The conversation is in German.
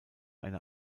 eine